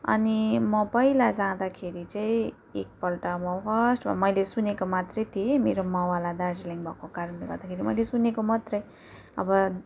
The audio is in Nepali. अनि म पहिला जाँदाखेरि चाहिँ एकपल्ट म फर्स्टमा मैले सुनेको मात्रै थिएँ मेरो मावाला दार्जीलिङ भएको कारणले गर्दाखेरि मैले सुनेको मात्रै अब